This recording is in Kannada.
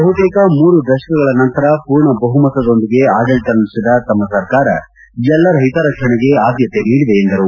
ಬಹುತೇಕ ಮೂರು ದಶಕಗಳ ನಂತರ ಪೂರ್ಣ ಬಹುಮತದೊಂದಿಗೆ ಆಡಳಿತ ನಡೆಸಿದ ತಮ್ಮ ಸರ್ಕಾರ ಎಲ್ಲರ ಹಿತರಕ್ಷಣೆಗೆ ಆದ್ದತೆ ನೀಡಿದೆ ಎಂದರು